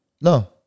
no